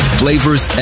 flavors